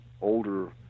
older